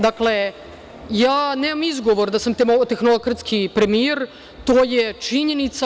Dakle, ja nemam izgovor da sam tehnokratski premijer, to je činjenica.